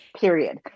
Period